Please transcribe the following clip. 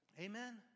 Amen